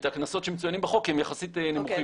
שמצוינות בחוק, כי הם יחסית נמוכים.